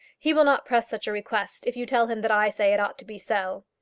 he will not press such a request if you tell him that i say it ought to be so.